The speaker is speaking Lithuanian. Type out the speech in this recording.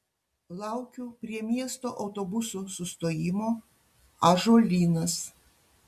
laukiu prie miesto autobusų sustojimo ąžuolynas